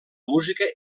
música